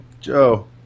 Joe